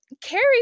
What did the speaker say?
Carrie